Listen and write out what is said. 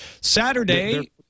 Saturday